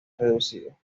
reducido